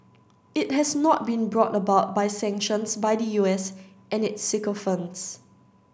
it has not been brought about by sanctions by the U S and its sycophants